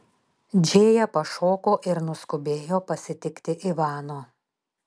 džėja pašoko ir nuskubėjo pasitikti ivano